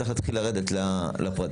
צריך להתחיל לרדת לפרטים.